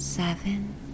Seven